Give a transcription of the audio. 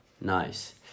Nice